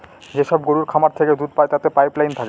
যেসব গরুর খামার থেকে দুধ পায় তাতে পাইপ লাইন থাকে